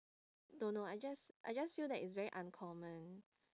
don't know I just I just feel that it's very uncommon